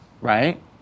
right